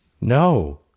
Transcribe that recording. No